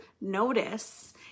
notice